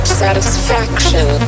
satisfaction